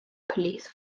police